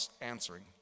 answering